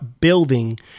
building